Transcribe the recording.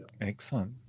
excellent